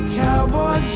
cowboy